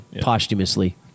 posthumously